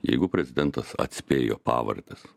jeigu prezidentas atspėjo pavardes